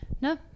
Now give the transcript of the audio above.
No